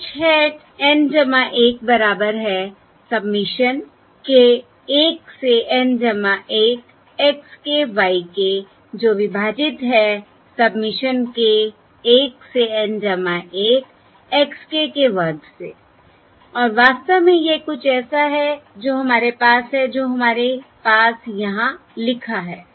h hat N 1 बराबर है submission k 1 से N 1 x k y k जो विभाजित है सबमिशन k 1 से N 1 x k के वर्ग से और वास्तव में यह कुछ ऐसा है जो हमारे पास है जो हमारे पास यहाँ लिखा है